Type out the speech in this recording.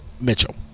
Mitchell